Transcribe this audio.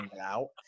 out